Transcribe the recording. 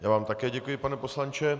Já vám také děkuji, pane poslanče.